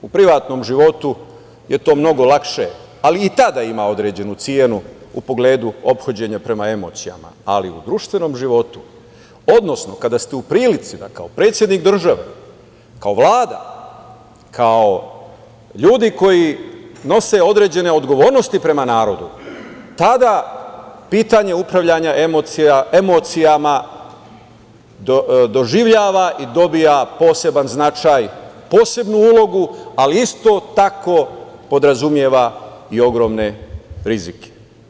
U privatnom životu je to mnogo lakše, ali i tada ima određenu cenu u pogledu ophođenja prema emocijama, ali u društvenom životu, odnosno kada ste u prilici da kao predsednik države, kao Vlada, kao ljudi koji nose određene odgovornosti prema narodu, tada pitanje upravljanja emocijama doživljava i dobija poseban značaj, posebnu ulogu, ali isto tako podrazumeva i ogromne rizike.